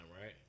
right